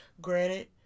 granted